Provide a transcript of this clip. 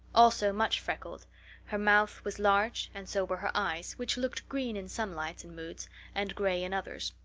also much freckled her mouth was large and so were her eyes, which looked green in some lights and moods and gray in others.